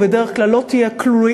או: בדרך כלל לא תהיה כלואה,